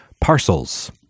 Parcels